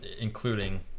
including